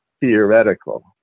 theoretical